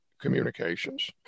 communications